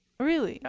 really? yeah,